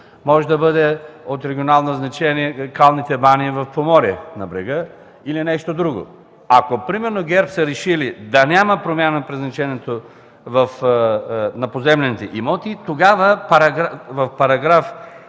хотел, може от регионално значение да бъдат и калните бани в Поморие на брега или нещо друго. Ако примерно ГЕРБ са решили да няма промяна в предназначението на поземлените имоти, тогава в §